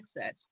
access